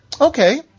Okay